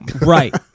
Right